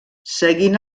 seguint